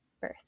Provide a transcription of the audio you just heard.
birth